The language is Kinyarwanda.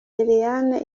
eliane